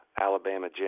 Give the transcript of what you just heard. Alabama